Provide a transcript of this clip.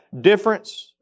difference